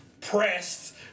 pressed